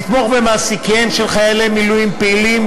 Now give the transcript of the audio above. לתמוך במעסיקיהם של חיילי מילואים פעילים